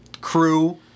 crew